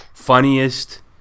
funniest